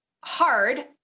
hard